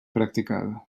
practicada